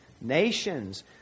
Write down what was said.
nations